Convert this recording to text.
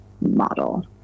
model